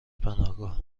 پناهگاه